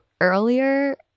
earlier